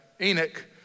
Enoch